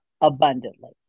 abundantly